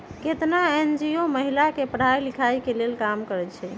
केतना एन.जी.ओ महिला के पढ़ाई लिखाई के लेल काम करअई छई